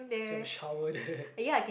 you have a shower there